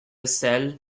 cell